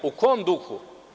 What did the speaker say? U kome duhu?